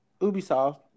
Ubisoft